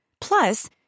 Plus